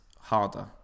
harder